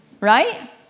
Right